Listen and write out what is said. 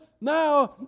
now